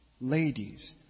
ladies